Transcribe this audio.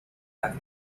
قتل